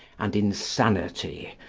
and insanity,